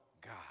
God